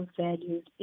values